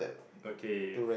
okay